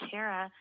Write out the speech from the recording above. Tara